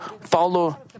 follow